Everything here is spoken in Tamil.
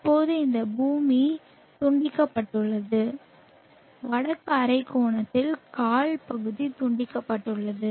இப்போது இந்த பூமி துண்டிக்கப்பட்டுள்ளது வடக்கு அரைக்கோளத்தின் கால் பகுதி துண்டிக்கப்பட்டுள்ளது